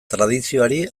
tradizioari